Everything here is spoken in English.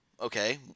Okay